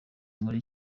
muri